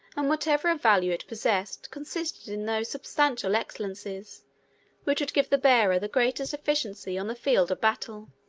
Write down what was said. and whatever of value it possessed consisted in those substantial excellences which would give the bearer the greatest efficiency on the field of battle.